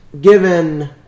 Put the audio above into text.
Given